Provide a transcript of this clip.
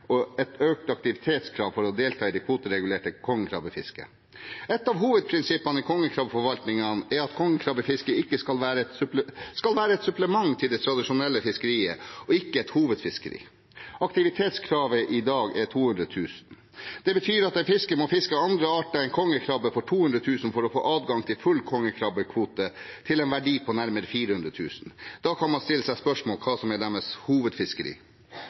og et økt aktivitetskrav for å delta i det kvoteregulerte kongekrabbefisket. Et av hovedprinsippene i kongekrabbeforvaltningen er at kongekrabbefisket skal være et supplement til det tradisjonelle fiskeriet og ikke et hovedfiskeri. Aktivitetskravet i dag er 200 000 kr. Det betyr at en fisker må fiske andre arter enn kongekrabbe for 200 000 kr for å få adgang til full kongekrabbekvote til en verdi av nærmere 400 000 kr. Da kan man stille seg spørsmål om hva som er deres hovedfiskeri.